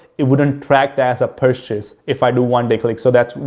it wouldn't tracked as a purchase if i do one day click. so, that's,